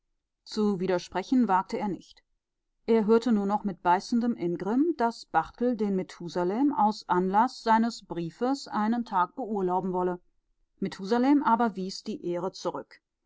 zu widersprechen wagte er nicht er hörte nur noch mit beißendem ingrimm daß barthel den methusalem aus anlaß seines briefes einen tag beurlauben wollte methusalem aber wies die ehre zurück